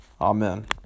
Amen